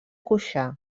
cuixà